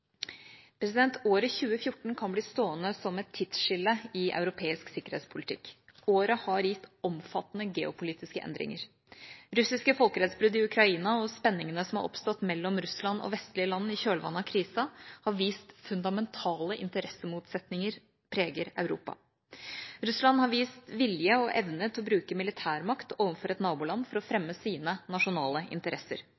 Året 2014 kan bli stående som et tidsskille i europeisk sikkerhetspolitikk. Året har gitt omfattende geopolitiske endringer. Russiske folkerettsbrudd i Ukraina og spenningene som har oppstått mellom Russland og vestlige land i kjølvannet av krisen, har vist at fundamentale interessemotsetninger preger Europa. Russland har vist vilje og evne til å bruke militærmakt overfor et naboland for å fremme sine nasjonale interesser.